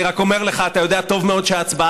אני רק אומר לך: אתה יודע טוב מאוד שההצבעה